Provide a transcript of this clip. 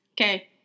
Okay